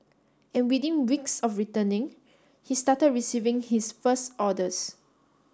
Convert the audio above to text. and within weeks of returning he started receiving his first orders